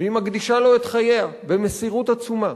והיא מקדישה לו את חייה במסירות עצומה